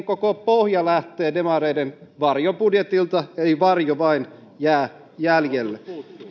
koko pohja lähtee demareiden varjobudjetilta eli varjo vain jää jäljelle